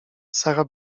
sara